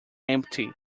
empty